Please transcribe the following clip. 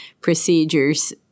procedures